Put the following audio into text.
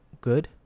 good